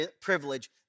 privilege